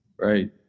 Right